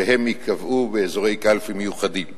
והם ייקבעו באזורי קלפי מיוחדים.